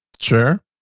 sure